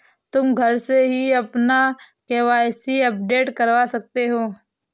तुम घर से ही अपना के.वाई.सी अपडेट करवा सकते हो